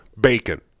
Bacon